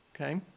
okay